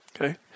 okay